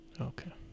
Okay